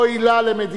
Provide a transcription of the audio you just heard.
אוי לה למדינתנו,